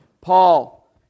Paul